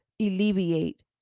alleviate